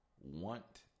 want